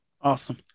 Awesome